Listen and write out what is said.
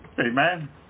Amen